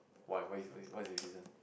why what is what is the reason